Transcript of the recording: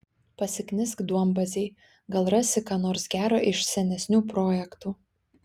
pasiknisk duombazėj gal rasi ką nors gero iš senesnių projektų